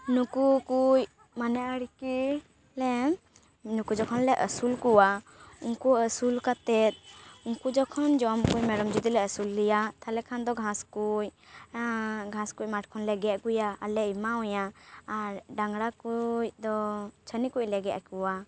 ᱱᱩᱠᱩ ᱠᱚ ᱢᱟᱱᱮ ᱟᱨᱠᱤ ᱞᱮ ᱱᱩᱠᱩ ᱡᱚᱠᱷᱚᱱ ᱞᱮ ᱟᱹᱥᱩᱞ ᱠᱚᱣᱟ ᱩᱱᱠᱩ ᱟᱹᱥᱩᱞ ᱠᱟᱛᱮᱫ ᱩᱱᱠᱩ ᱡᱚᱠᱷᱚᱱ ᱡᱚᱢ ᱠᱚ ᱢᱮᱨᱚᱢ ᱡᱩᱫᱤᱞᱮ ᱟᱹᱥᱩᱞᱮᱭᱟ ᱛᱟᱦᱚᱞᱮ ᱠᱷᱟᱱ ᱫᱚ ᱜᱷᱟᱥ ᱠᱚ ᱜᱷᱟᱥ ᱠᱚ ᱢᱟᱴᱷ ᱠᱷᱚᱱᱞᱮ ᱜᱮᱫ ᱟᱹᱜᱩᱭᱟ ᱟᱨᱞᱮ ᱮᱢᱟᱣᱟᱭᱟ ᱟᱨ ᱰᱟᱝᱨᱟ ᱠᱚᱫᱚ ᱪᱷᱟᱹᱱᱤ ᱠᱚ ᱞᱮ ᱜᱮᱫ ᱟᱠᱚᱣᱟ